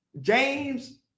James